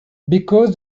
because